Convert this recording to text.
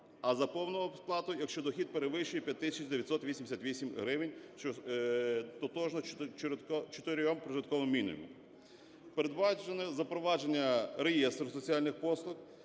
а за повну сплату – якщо дохід перевищує 5 тисяч 988 гривень, що тотожно чотирьом прожитковим мінімумам. Передбачено запровадження реєстру соціальних послуг.